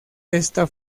ésta